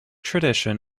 tradition